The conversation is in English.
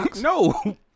no